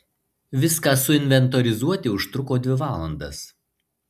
viską suinventorizuoti užtruko dvi valandas